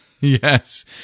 Yes